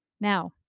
Now